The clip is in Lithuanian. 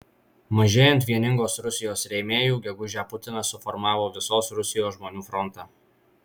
mažėjant vieningos rusijos rėmėjų gegužę putinas suformavo visos rusijos žmonių frontą